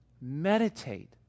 meditate